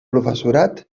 professorat